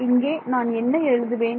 இங்கே நான் என்ன எழுதுவேன்